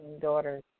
daughters